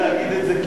תפסיקי להגיד את זה,